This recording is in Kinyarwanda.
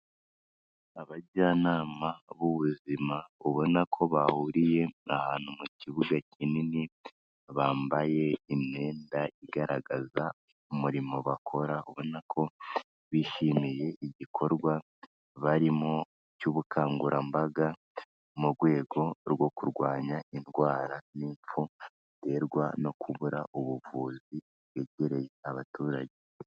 Abajyanama b'ubuzima ubona ko bahuriye ahantu mu kibuga kinini, bambaye imyenda igaragaza umurimo bakora, ubona ko bishimiye igikorwa barimo cy'ubukangurambaga mu rwego rwo kurwanya indwara n'impfu ziterwa no kubura ubuvuzi bwegereye abaturage.